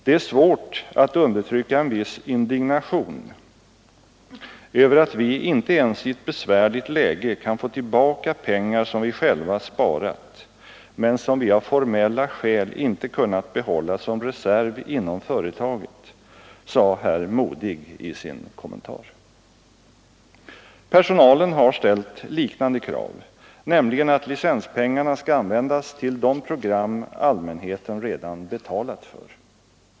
”Det är svårt att undertrycka en viss indignation över att vi inte ens i ett besvärligt läge kan få tillbaka pengar som vi själva sparat, men som vi av formella skäl inte kunnat behålla som reserv inom företaget”, sade herr Modig i sin kommentar. Personalen har ställt liknande krav, nämligen att licenspengarna skall användas till de program som allmänheten redan betalat för.